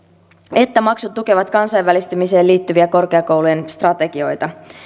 että maksut tukevat kansainvälistymiseen liittyviä korkeakoulujen strategioita